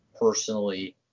personally